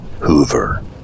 Hoover